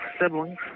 siblings